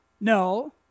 No